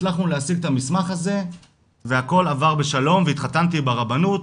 הצלחנו להשיג את המסמך הזה והכול עבר בשלום והתחתנתי ברבנות,